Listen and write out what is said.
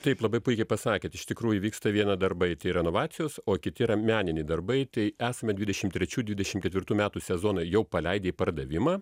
taip labai puikiai pasakėt iš tikrųjų vyksta viena darbai renovacijos o kiti yra meniniai darbai tai esame dvidešim trečių dvidešim ketvirtų metų sezoną jau paleidę į pardavimą